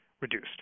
reduced